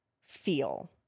feel